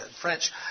French